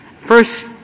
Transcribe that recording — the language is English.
First